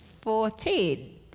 Fourteen